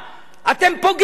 אתם פוגעים בה.